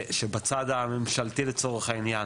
שבצד הממשלתי לצורך העניין,